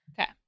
Okay